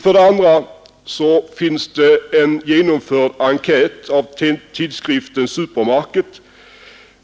För de andra finns det en av tidskriften Supermarket